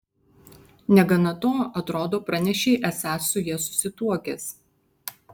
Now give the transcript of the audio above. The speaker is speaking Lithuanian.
negana to atrodo pranešei esąs su ja susituokęs